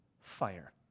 fire